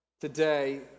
today